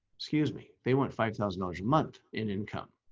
excuse me, they want five thousand dollars a month in income.